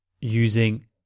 using